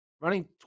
running